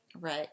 Right